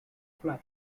flying